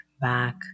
back